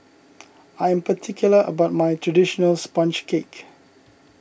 I am particular about my Traditional Sponge Cake